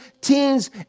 teens